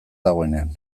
dagoenean